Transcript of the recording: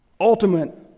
ultimate